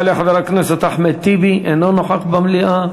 יעלה חבר הכנסת אחמד טיבי, אינו נוכח במליאה,